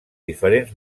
diferents